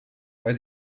are